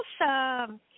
Awesome